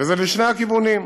וזה לשני הכיוונים,